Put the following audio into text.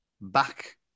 Back